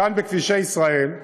כאן בכבישי ישראל,